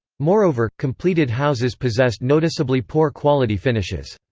moreover, completed houses possessed noticeably poor quality finishes.